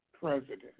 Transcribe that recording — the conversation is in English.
president